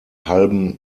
halben